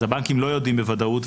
אז הבנקים לא יודעים בוודאות,